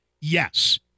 Yes